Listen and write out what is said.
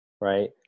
right